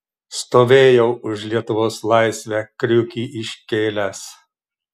stovėjau už lietuvos laisvę kriukį iškėlęs